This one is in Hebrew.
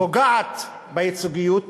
פוגעת בייצוגיות